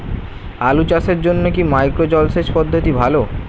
আলু চাষের জন্য কি মাইক্রো জলসেচ পদ্ধতি ভালো?